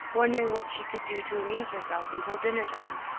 wondering what she could do to amuse herself until dinner-time.